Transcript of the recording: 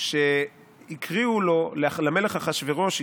שהקריאו למלך אחשוורוש.